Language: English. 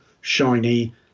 shiny